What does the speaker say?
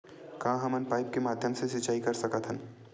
का हमन पाइप के माध्यम से सिंचाई कर सकथन?